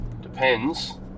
depends